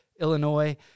Illinois